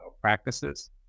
practices